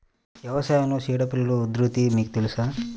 వ్యవసాయంలో చీడపీడల ఉధృతి మీకు తెలుసా?